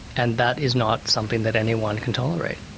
and that is not something that anyone can tolerate.